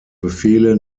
befehle